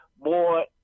more